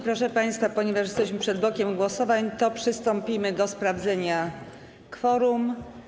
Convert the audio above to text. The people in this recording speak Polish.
Proszę państwa, ponieważ jesteśmy przed blokiem głosowań, przystąpimy do sprawdzenia kworum.